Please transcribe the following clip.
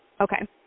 Okay